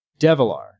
Devilar